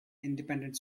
independent